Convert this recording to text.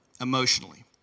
emotionally